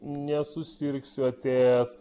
nesusirgsiu atėjęs